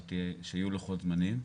שיהיו לוחות זמנים.